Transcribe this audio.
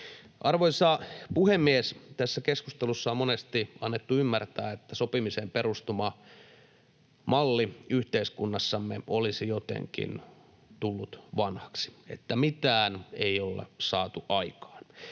Arvoisa puhemies! Tässä keskustelussa on monesti annettu ymmärtää, että sopimiseen perustuva malli yhteiskunnassamme olisi jotenkin tullut vanhaksi, että mitään ei olla saatu aikaan.